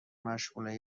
مشمول